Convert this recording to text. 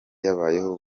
yabaho